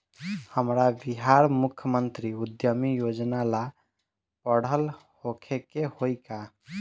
हमरा बिहार मुख्यमंत्री उद्यमी योजना ला पढ़ल होखे के होई का?